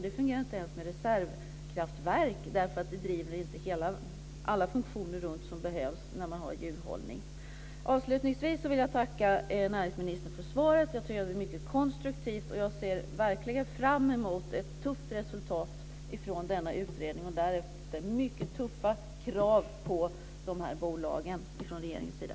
Det fungerar inte ens med reservkraftverk, för det driver inte runt alla funktioner som behövs när man har djurhållning. Avslutningsvis vill jag tacka näringsministern för svaret. Jag tycker att det är mycket konstruktivt. Jag ser verkligen fram emot ett tufft resultat från denna utredning och därefter mycket tuffa krav på de här bolagen från regeringens sida.